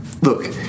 look